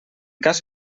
cas